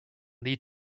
lead